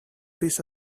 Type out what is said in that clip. piece